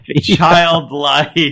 childlike